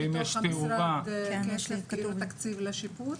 יש למשרד תקציב לשיפוץ?